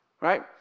right